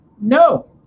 No